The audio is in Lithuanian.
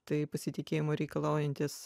tai pasitikėjimo reikalaujantis